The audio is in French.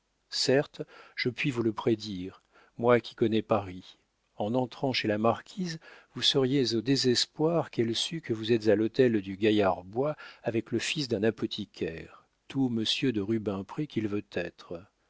certes je puis vous le prédire moi qui connais paris en entrant chez la marquise vous seriez au désespoir qu'elle sût que vous êtes à l'hôtel du gaillard bois avec le fils d'un apothicaire tout monsieur de rubempré qu'il veut être